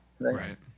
right